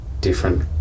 different